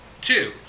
Two